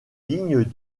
lignes